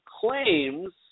claims